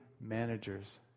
managers